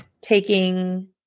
taking